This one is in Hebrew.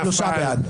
נפל.